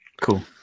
Cool